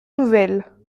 nouvelle